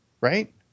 right